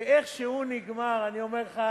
ואיך שהוא נגמר, אני אומר לך: